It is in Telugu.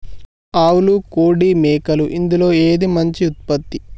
ఆవులు కోడి మేకలు ఇందులో ఏది మంచి ఉత్పత్తి?